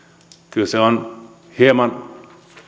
kyllä se on hieman